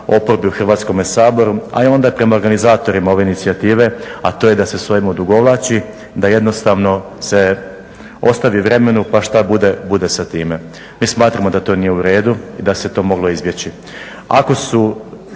oporbi u Hrvatskome saboru, a onda i prema organizatorima ove inicijative, a to je da se s ovim odugovlači, da jednostavno se ostavi vremenu pa što bude bude sa time. Mi smatramo da to nije u redu i da se to moglo izbjeći.